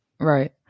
Right